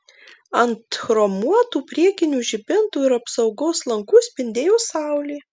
ant chromuotų priekinių žibintų ir apsaugos lankų spindėjo saulė